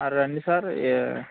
రండి సార్ ఏ